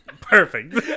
Perfect